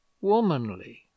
womanly